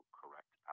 correct